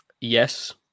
Yes